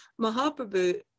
Mahaprabhu